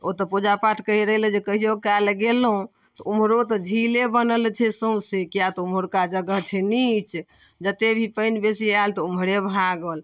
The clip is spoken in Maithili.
ओतऽ पूजा पाठ करैलए जे कहिओ काल गेलहुँ तऽ ओम्हरो तऽ झीले बनल छै सौँसे किएक तऽ ओम्हरका जगह छै निच जतेक भी पानि बेसी आएल तऽ ओम्हरे भागल